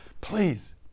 please